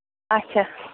اَچھا